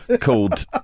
called